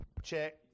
Check